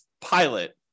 pilot